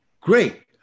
Great